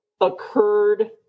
occurred